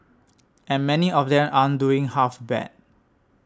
and many of them aren't doing half bad